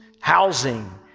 housing